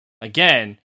again